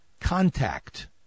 contact